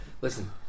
listen